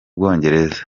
bwongereza